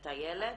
את הילד,